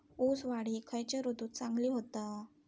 ऊस वाढ ही खयच्या ऋतूत चांगली होता?